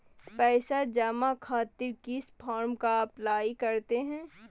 पैसा जमा खातिर किस फॉर्म का अप्लाई करते हैं?